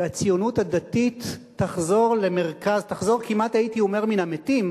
והציונות הדתית תחזור כמעט מן המתים,